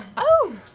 oh,